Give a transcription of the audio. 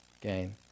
gain